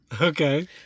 Okay